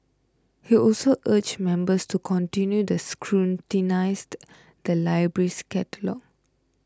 he also urged members to continue the scrutinised the library's catalogues